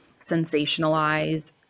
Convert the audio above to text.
sensationalize